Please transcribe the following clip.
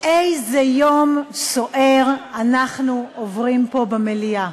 איזה יום סוער אנחנו עוברים פה במליאה.